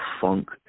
Funk